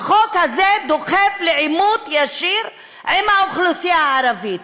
החוק הזה דוחף לעימות ישיר עם האוכלוסייה הערבית,